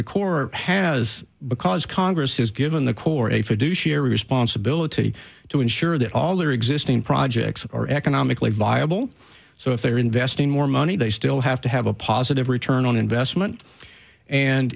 the corps has because congress has given the corps a fiduciary responsibility to ensure that all their existing projects are economically viable so if they're investing more money they still have to have a positive return on investment and